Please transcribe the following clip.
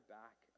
back